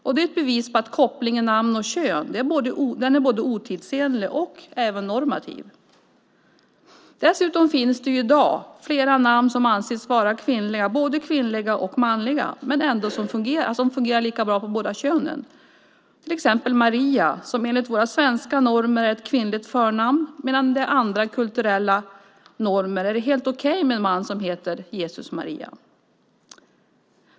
Det är ett bevis för att kopplingen mellan namn och kön är både otidsenlig och normativ. Dessutom finns det i dag flera namn som anses vara både kvinnliga och manliga men som fungerar lika bra på båda könen. Ta till exempel Maria, som enligt våra svenska normer är ett kvinnligt förnamn medan det enligt andra kulturella normer är helt okej att en man heter Jesus-Maria.